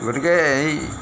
গতিকে এই